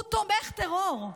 הוא תומך טרור.